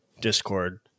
Discord